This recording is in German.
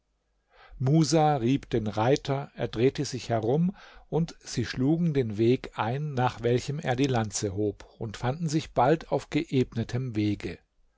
musa rieb den reiter er drehte sich herum und sie schlugen den weg ein nach welchem er die lanze hob und fanden sich bald auf geebnetem wege